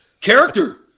Character